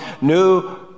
new